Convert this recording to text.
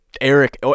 Eric